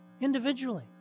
Individually